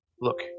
Look